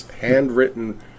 handwritten